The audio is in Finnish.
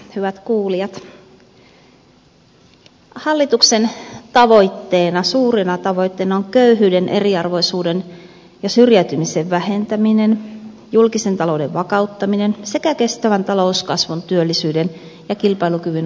hallituksen tavoitteena suurena tavoitteena on köyhyyden eriarvoisuuden ja syrjäytymisen vähentäminen julkisen talouden vakauttaminen sekä kestävän talouskasvun työllisyyden ja kilpailukyvyn vahvistaminen